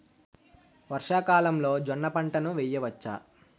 వర్షాకాలంలో జోన్న పంటను వేయవచ్చా?